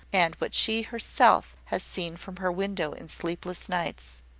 and what she herself has seen from her window in sleepless nights.